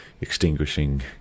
extinguishing